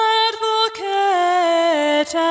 advocate